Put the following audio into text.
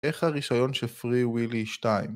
‫איך הרישיון של פרי ווילי 2?